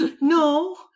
No